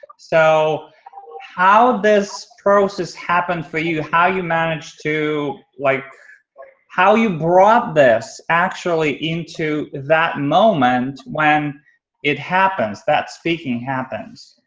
so how this process happened for you. how you managed to, like like how you brought this actually into that moment when it happens, that speaking happens.